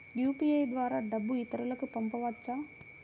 UPI ద్వారా డబ్బు ఇతరులకు పంపవచ్చ?